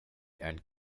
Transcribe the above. and